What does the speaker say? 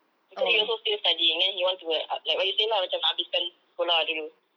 because he also still studying then he want to like uh like what you say lah macam nak habiskan sekolah dulu